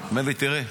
אומר לי: תראה,